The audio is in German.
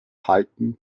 halten